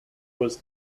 was